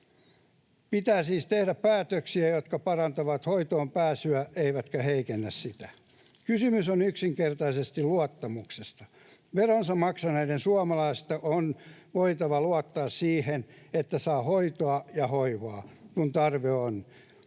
Pitää siis tehdä päätöksiä, jotka parantavat hoitoonpääsyä eivätkä heikennä sitä. Kysymys on yksinkertaisesti luottamuksesta. Veronsa maksaneiden suomalaisten on voitava luottaa siihen, että saa hoitoa ja hoivaa, kun tarve on. Siihen